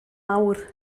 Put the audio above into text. awr